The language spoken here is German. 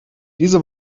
diese